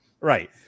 Right